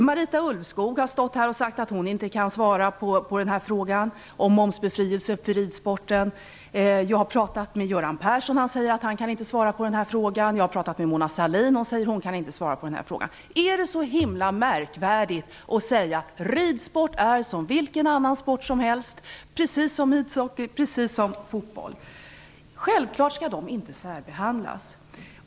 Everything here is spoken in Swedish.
Marita Ulvskog har stått här och sagt att hon inte kan svara på frågan om momsbefrielse för ridsporten. Jag har pratat med Göran Persson, och han säger att han inte kan svara på frågan. Jag har pratat med Mona Sahlin, som säger att hon inte kan svara på frågan. Är det så himla märkvärdigt att säga att ridsport är som vilken annan sport som helst, precis som ishockey, precis som fotboll? Självfallet skall inte denna sport särbehandlas.